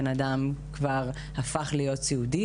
שיביאו דוגמאות, זה נשמע לא סביר.